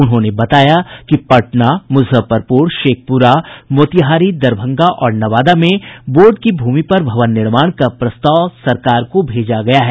उन्होंने बताया कि पटना मुजफ्फरपुर शेखपुरा मोतिहारी दरभंगा और नवादा में बोर्ड की भूमि पर भवन निर्माण का प्रस्ताव सरकार को भेजा गया है